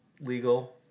legal